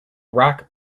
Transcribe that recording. rock